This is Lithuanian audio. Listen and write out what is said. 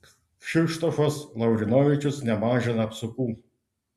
kšištofas lavrinovičius nemažina apsukų